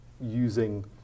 using